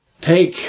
Take